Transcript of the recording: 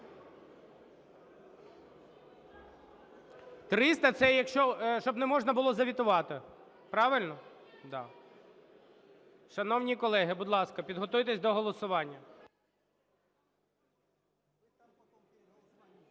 300 – це якщо... щоб не можна було заветувати. Правильно? Да. Шановні колеги, будь ласка, підготуйтесь до голосування.